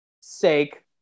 sake